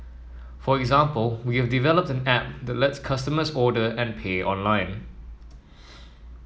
for example we have developed an app that lets customers order and pay online